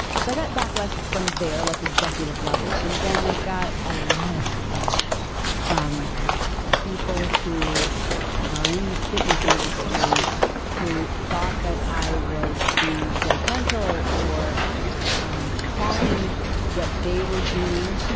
so i got backlash from there, like executive level, and then i got a lot of backlash from people who are in the fitness industry who thought that i was being judgmental or um calling what they were doing